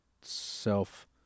self